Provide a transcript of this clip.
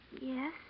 Yes